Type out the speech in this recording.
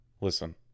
Listen